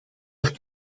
auf